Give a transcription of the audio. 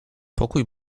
pokój